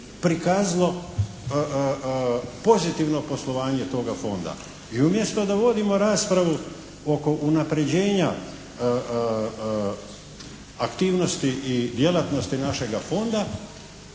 prikazalo pozitivno poslovanje toga Fonda. I umjesto da vodimo raspravu oko unapređenja aktivnosti i djelatnosti našega Fonda